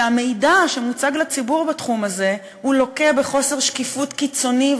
שהמידע המוצג לציבור בתחום הזה לוקה בחוסר שקיפות קיצוני,